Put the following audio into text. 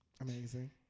amazing